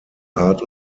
art